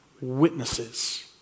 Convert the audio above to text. witnesses